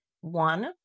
One